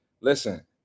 Listen